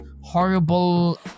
horrible